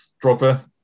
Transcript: dropper